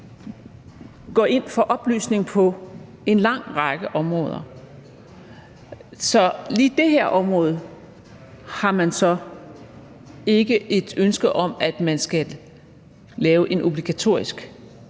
går ind for oplysning på en lang række områder. Så lige på det her område har man så ikke et ønske om at man skal lave en obligatorisk